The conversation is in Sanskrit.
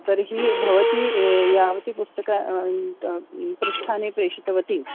तर्हि भवती यावत् पुस्तकपृष्ठानि प्रेषितवती